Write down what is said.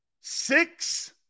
six